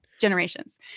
generations